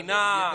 מכינה,